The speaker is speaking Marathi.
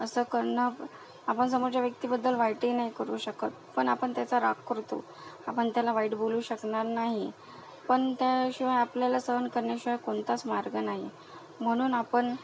असं करणं प आपण समोरच्या व्यक्तीबद्दल वाईटही नाही करु शकत पण आपण त्याचा राग करतो आपण त्याला वाईट बोलू शकणार नाही पण त्याशिवाय आपल्याला सहन करण्याशिवाय कोणताच मार्ग नाही म्हणून आपण